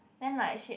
then like she